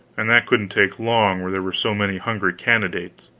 and that couldn't take long where there were so many hungry candidates.